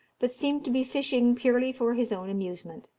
but seemed to be fishing purely for his own amusement.